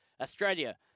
Australia